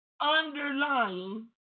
underlying